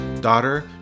Daughter